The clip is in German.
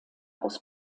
aus